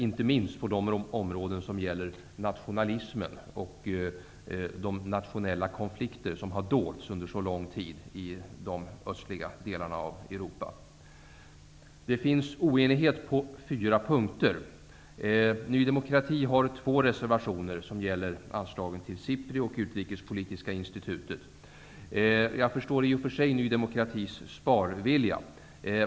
Det gäller inte minst nationalismen och de nationella konflikter som har dolts under så lång tid i de östliga delarna av Det finns oenighet på fyra punkter. Ny demokrati har avgett två reservationer som gäller anslagen till SIPRI och Utrikespolitiska institutet. Jag förstår i och för sig Ny demokratis sparvilja.